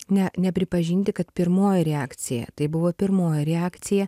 ne nepripažinti kad pirmoji reakcija tai buvo pirmoji reakcija